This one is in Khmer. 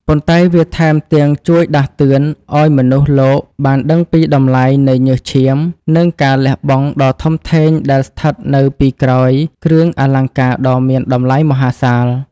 ប៉ុន្តែវាថែមទាំងជួយដាស់តឿនឱ្យមនុស្សលោកបានដឹងពីតម្លៃនៃញើសឈាម និងការលះបង់ដ៏ធំធេងដែលស្ថិតនៅពីក្រោយគ្រឿងអលង្ការដ៏មានតម្លៃមហាសាល។